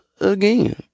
again